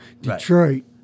Detroit